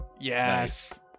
Yes